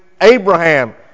Abraham